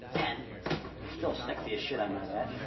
and still sexy as shit, i might add.